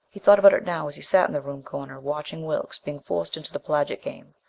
he thought about it now as he sat in the room corner watching wilks being forced into the plaget game,